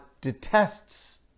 detests